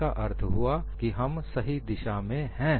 इसका अर्थ यह हुआ कि हम सही दिशा में है